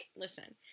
Listen